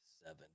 Seven